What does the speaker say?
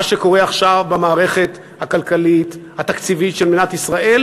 מה שקורה עכשיו במערכת הכלכלית והתקציבית של מדינת ישראל,